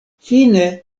fine